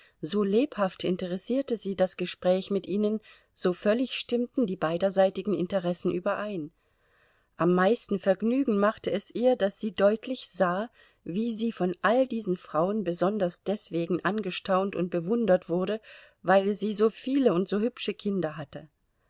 so lebhaft interessierte sie das gespräch mit ihnen so völlig stimmten die beiderseitigen interessen überein am meisten vergnügen machte es ihr daß sie deutlich sah wie sie von all diesen frauen besonders deswegen angestaunt und bewundert wurde weil sie so viele und so hübsche kinder hatte